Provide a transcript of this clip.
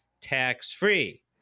tax-free